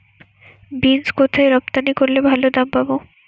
Beans কোথায় রপ্তানি করলে ভালো দাম পাব?